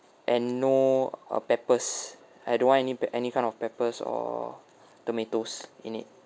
and no uh peppers I don't want any p~ any kind of peppers or tomatoes in it